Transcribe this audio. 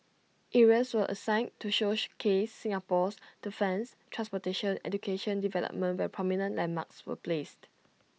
areas were assigned to showcase Singapore's defence transportation education and development where prominent landmarks were placed